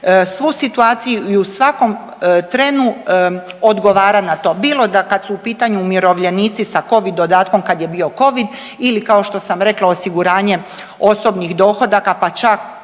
svu situaciju i u svakom trenu odgovara na to bilo da kad su u pitanju umirovljenici sa covid dodatkom kad je bio covid ili kao što sam rekla osiguranje osobnih dohodaka, pa čak